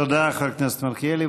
תודה, חבר הכנסת מלכיאלי.